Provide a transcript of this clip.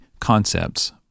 concepts